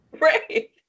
right